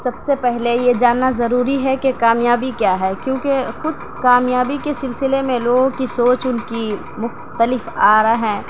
سب سے پہلے یہ جاننا ضروری ہے کہ کامیابی کیا ہے کیونکہ خود کامیابی کے سلسلے میں لوگوں کی سوچ ان کی مختلف آرا ہے